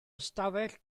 ystafell